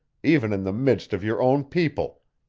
even in the midst of your own people!